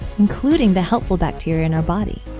including the helpful bacteria in our body.